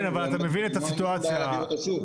אין לנו שום בעיה להעביר אותו שוב.